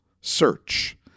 search